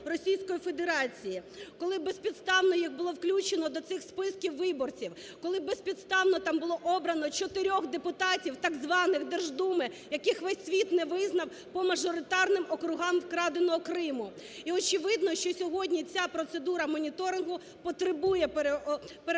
Російської Федерації? Коли безпідставно їх було включено до цих списків виборців, коли безпідставно там було обрано чотирьох депутатів, так званих, Держдуми, яких весь світ не визнав по мажоритарним округам вкраденого Криму. І, очевидно, що сьогодні ця процедура моніторингу потребує перегляду